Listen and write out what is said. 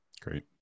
Great